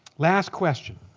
last question.